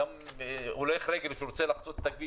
גם הולך רגל שרוצה לחצות את הכביש